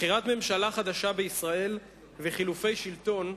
בחירת ממשלה חדשה בישראל וחילופי שלטון,